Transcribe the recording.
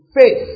faith